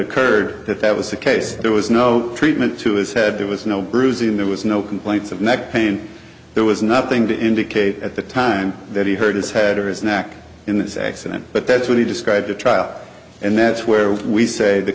occurred that that was the case there was no treatment to his head there was no bruising there was no complaints of neck pain there was nothing to indicate at the time that he hurt his head or his neck in this accident but that's what he described a trial and that's where we say the